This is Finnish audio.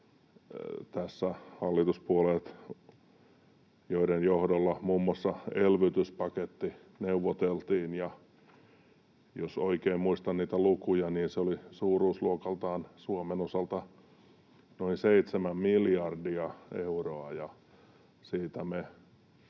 tässä hallituspuolueiden johdolla muun muassa elvytyspaketti neuvoteltiin, ja jos oikein muistan niitä lukuja, niin se oli suuruusluokaltaan Suomen osalta noin 7 miljardia euroa, ja siitä